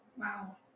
Wow